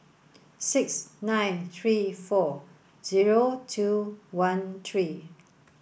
six nine three four zero two one three